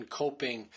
coping